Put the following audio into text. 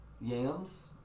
Yams